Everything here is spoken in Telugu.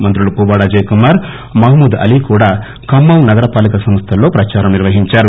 మంత్రులు పువ్వాడ అజయ్ కుమార్ మహమూద్ అతీ కూడా ఖమ్మం నగర పాలక సంస్థలో ప్రదారం చేశారు